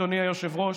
אדוני היושב-ראש,